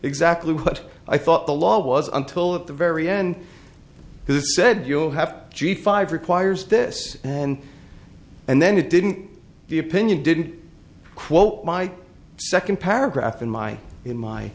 exactly what i thought the law was until at the very end who said you'll have five requires this and and then you didn't the opinion did quote my second paragraph in my in my